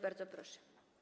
Bardzo proszę.